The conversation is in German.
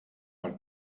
hat